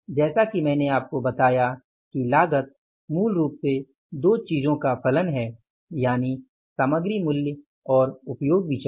जैसा कि मैंने आपको बताया कि लागत मूल रूप से 2 चीजों का फलन है यानि सामग्री मूल्य और उपयोग विचरण